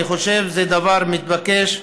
אני חושב שזה דבר מתבקש.